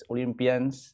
Olympians